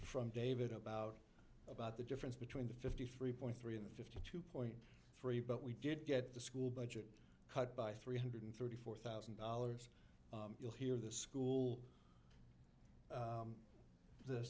from david about about the difference between the fifty three point three in the fifty two point three but we did get the school budget cut by three hundred thirty four thousand dollars you'll hear the school